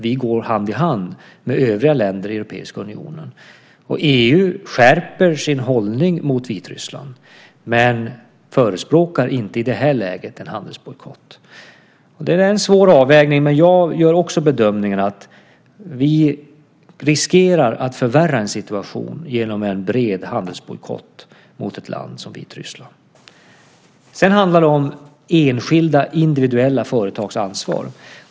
Vi går hand i hand med övriga länder i Europeiska unionen. EU skärper sin hållning mot Vitryssland men förespråkar inte i det här läget en handelsbojkott. Det är en svår avvägning, men jag gör också bedömningen att vi riskerar att förvärra en situation genom en bred handelsbojkott mot ett land som Vitryssland. Sedan handlar det om enskilda, individuella företags ansvar.